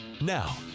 now